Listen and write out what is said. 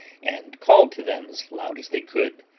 and called to them as loud as they could.